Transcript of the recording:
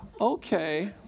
Okay